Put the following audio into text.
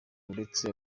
uretse